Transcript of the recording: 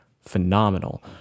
phenomenal